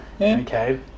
Okay